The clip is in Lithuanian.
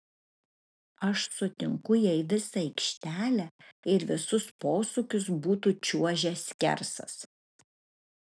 aš sutinku jei visą aikštelę ir visus posūkius būtų čiuožęs skersas